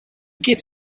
geht